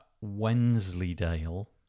Wensleydale